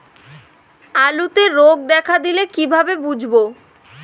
আলুতে রোগ দেখা দিলে কিভাবে বুঝবো?